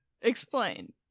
Explain